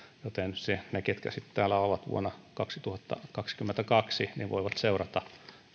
joten ne jotka sitten täällä ovat vuonna kaksituhattakaksikymmentäkaksi voivat seurata